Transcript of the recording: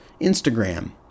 Instagram